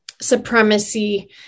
supremacy